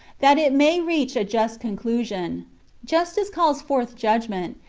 that it may reach a just conclusion justice calls forth judgment,